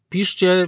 Piszcie